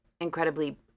incredibly